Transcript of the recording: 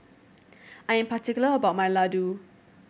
I am particular about my laddu